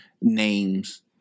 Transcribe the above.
names